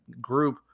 group